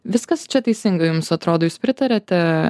viskas čia teisinga jums atrodo jūs pritariate